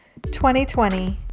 2020